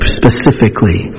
specifically